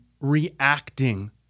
reacting